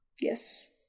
Yes